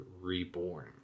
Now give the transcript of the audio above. Reborn